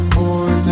more